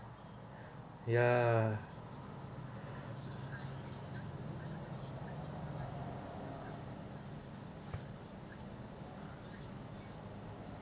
ya